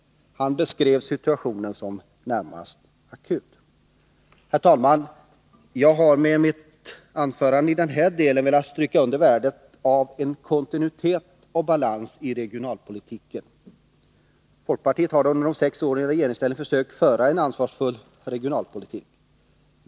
Man beskrev situationen som närmast akut. Jag har, herr talman, med mitt anförande i den här delen velat stryka under värdet av kontinuitet och balans i regionalpolitiken. Folkpartiet har under de sex åren i regeringsställning försökt föra en ansvarsfull regionalpolitik.